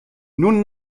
nun